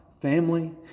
family